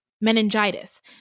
meningitis